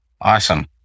Awesome